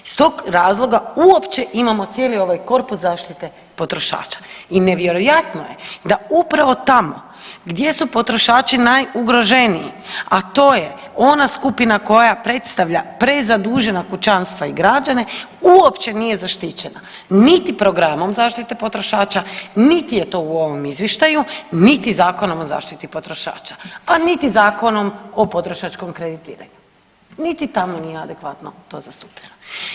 I iz tog razloga uopće imamo cijeli ovaj korpus zaštite potrošača i nevjerojatno je da upravo tamo gdje su potrošači najugroženiji, a to je ona skupina koja predstavlja prezadužena kućanstva i građane uopće nije zaštićena niti programom zaštite potrošača, niti je to u ovom izvještaju, niti Zakonom o zaštiti potrošača, a niti Zakonom o potrošačkom kreditiranju, niti tamo nije adekvatno to zastupljeno.